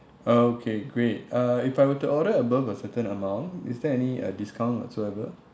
okay great uh if I were to order above a certain amount is there any uh discount whatsoever